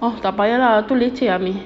ah tak payah lah tu leceh ah umi